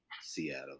Seattle